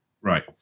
Right